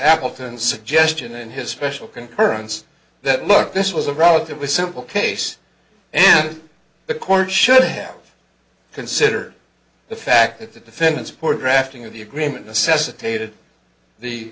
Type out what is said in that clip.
appleton suggestion in his special concurrence that look this was a relatively simple case and the court should have considered the fact that the defendant support drafting of the agreement necessitate